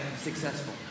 successful